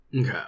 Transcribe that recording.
Okay